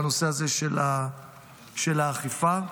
בנושא האכיפה.